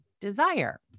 desire